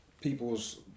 people's